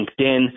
LinkedIn